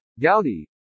Gaudi